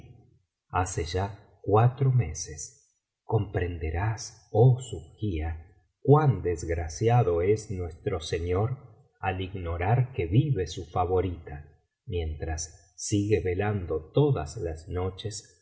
hace ya cuatro meses comprenderás oh subhia cuan desgraciado es nuestro señor al ignorar que vive su favorita mientras sigue velando todas las noches